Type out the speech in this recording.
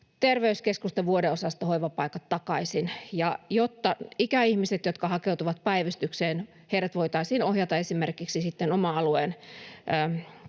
terveyskeskusten vuodeosastohoivapaikat takaisin, jotta ikäihmiset, jotka hakeutuvat päivystykseen, voitaisiin ohjata esimerkiksi oman alueen